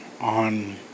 on